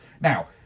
Now